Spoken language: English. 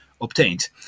obtained